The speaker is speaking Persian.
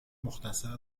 مختصر